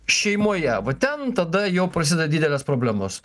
šeimoje va ten tada jau prasideda didelės problemos